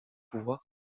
pouvoir